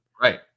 Right